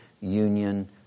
union